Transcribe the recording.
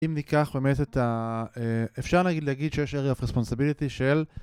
אם ניקח באמת את ה... אפשר להגיד שיש Area of Responsibility של...